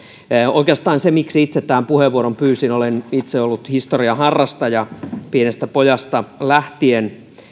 oikeastaan se miksi itse tähän puheenvuoron pyysin on että olen itse ollut historian harrastaja pienestä pojasta lähtien